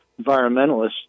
environmentalists